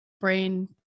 brain